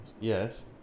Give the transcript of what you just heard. Yes